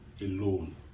alone